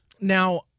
Now